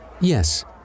Yes